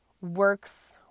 works